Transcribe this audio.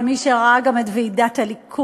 למי שראה גם את ועידת הליכוד,